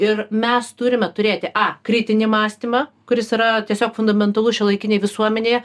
ir mes turime turėti a kritinį mąstymą kuris yra tiesiog fundamentalus šiuolaikinėj visuomenėje